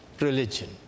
religion